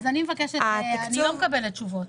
אני לא מקבלת תשובות.